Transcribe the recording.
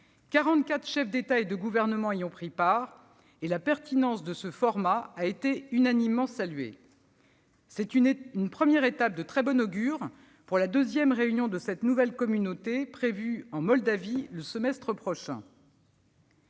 chefs d'État et de gouvernement y ont pris part. La pertinence de ce format a été unanimement saluée. C'est une première étape de très bon augure pour la deuxième réunion de cette nouvelle communauté prévue en Moldavie au semestre prochain.